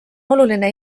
oluline